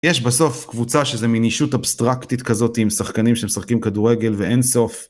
יש בסוף קבוצה שזה מין אישות אבסטרקטית כזאת עם שחקנים ששחקים כדורגל ואין סוף